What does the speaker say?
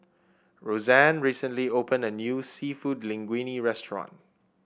Rosanne recently opened a new seafood Linguine restaurant